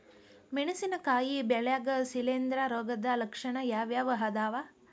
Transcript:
ಮೆಣಸಿನಕಾಯಿ ಬೆಳ್ಯಾಗ್ ಶಿಲೇಂಧ್ರ ರೋಗದ ಲಕ್ಷಣ ಯಾವ್ಯಾವ್ ಅದಾವ್?